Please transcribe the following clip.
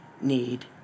need